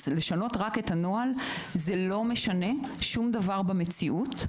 לשנות רק את הנוהל לא משנה שום דבר במציאות,